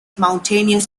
mountainous